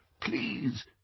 please